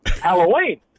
Halloween